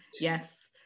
yes